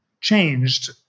changed